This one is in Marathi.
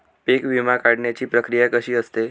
पीक विमा काढण्याची प्रक्रिया कशी असते?